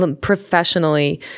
professionally